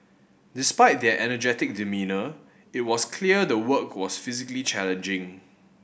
despite their energetic demeanour it was clear the work was physically challenging